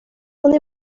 una